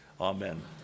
amen